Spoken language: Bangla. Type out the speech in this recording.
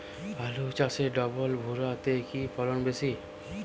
আলু চাষে ডবল ভুরা তে কি ফলন বেশি?